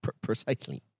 Precisely